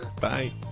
Bye